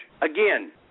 Again